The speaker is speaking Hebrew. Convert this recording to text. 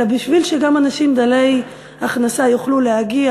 אלא בשביל שגם אנשים דלי הכנסה יוכלו להגיע